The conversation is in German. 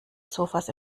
sofas